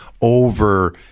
over